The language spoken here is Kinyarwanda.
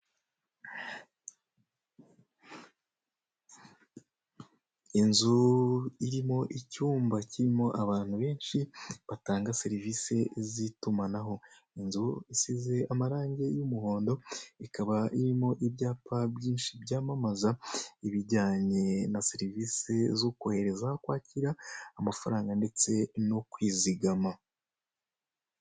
Inzu irimo icyumba kirimo abantu benshi batanga serivise y'itumanaho, inzu isize amarange y'umuhondo, ikaba irimo ibyapa byinshi byamamaza ibijyanye na serivise zo kohereza, kwakira amafaranga ndetse no kwizigama.